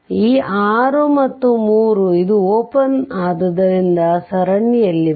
ಆದ್ದರಿಂದ ಈ 6 ಮತ್ತು 3 ಇದು ಓಪೆನ್ ಆದ್ದರಿಂದ ಸರಣಿಯಲ್ಲಿವೆ